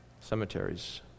cemeteries